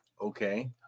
Okay